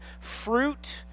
fruit